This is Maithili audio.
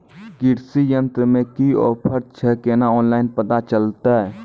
कृषि यंत्र मे की ऑफर छै केना ऑनलाइन पता चलतै?